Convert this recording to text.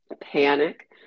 panic